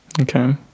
Okay